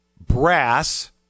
brass